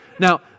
Now